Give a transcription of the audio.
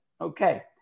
Okay